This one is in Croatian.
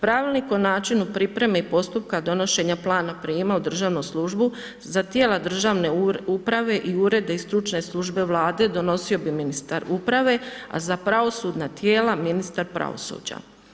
Pravilnik o načinu pripreme i postupka donošenje plana prijama u državnu službu, za tijela državne uprave i urede i stručne službe vlade, donosio bi ministar uprave, a za pravosudna tijela ministar pravosuđa.